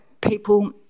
people